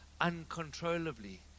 uncontrollably